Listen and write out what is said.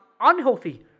unhealthy